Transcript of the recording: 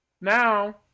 now